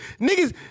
Niggas